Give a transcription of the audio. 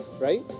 Right